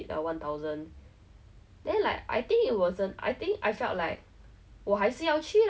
I don't need every month I can save so much because I don't need to pay for rent I don't need pay my bills kind of thing